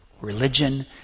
religion